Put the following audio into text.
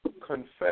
Confess